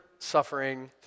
suffering